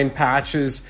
patches